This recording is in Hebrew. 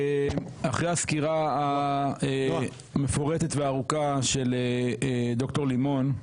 אחרי הסקירה המפורטת והארוכה של ד"ר גיל לימון,